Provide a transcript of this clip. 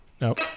Nope